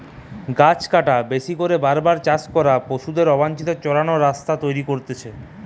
গাছ কাটা, বেশি করে বার বার চাষ করা, পশুদের অবাঞ্চিত চরান রাস্তা তৈরী করতিছে